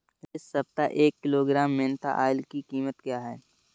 इस सप्ताह एक किलोग्राम मेन्था ऑइल की कीमत क्या है?